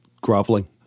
Groveling